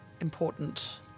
important